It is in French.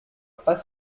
pas